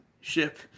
ship